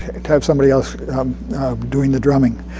have somebody else doing the drumming.